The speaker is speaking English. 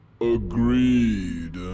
Agreed